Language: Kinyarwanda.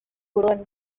burundi